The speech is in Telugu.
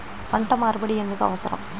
పంట మార్పిడి ఎందుకు అవసరం?